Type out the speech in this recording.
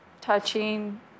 touching